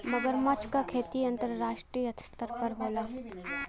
मगरमच्छ क खेती अंतरराष्ट्रीय स्तर पर होला